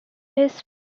his